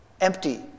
Empty